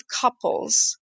couples